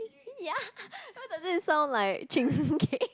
ya why does it sound like Chingay